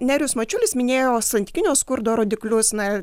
nerijus mačiulis minėjo santykinio skurdo rodiklius na